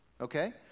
Okay